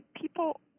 People